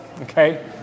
Okay